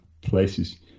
places